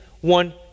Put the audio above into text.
one